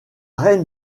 reine